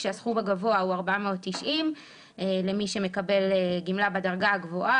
כאשר הסכום הגבוה הוא 490 שקל למי שמקבל גמלה בדרגה הגבוהה